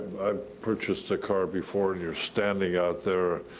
i purchased a car before, and you're standing out there,